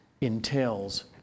entails